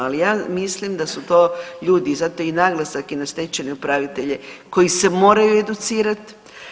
Ali ja mislim da su to ljudi i zato je naglasak i na stečajne upravitelje koji se moraju educirat.